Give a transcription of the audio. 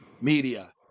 media